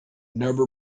never